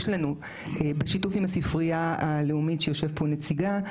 לנו בשיתוף עם הספרייה הלאומית שיושב פה נציגה,